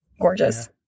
gorgeous